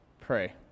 pray